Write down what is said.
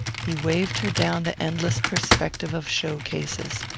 he waved her down the endless perspective of show-cases.